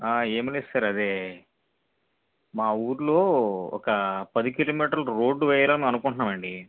ఏం లేదు సార్ అదే మా ఊరిలో ఒక పది కిలోమీటర్లు రోడ్డు వెయ్యాలని అనుకుంటున్నామండి